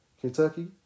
Kentucky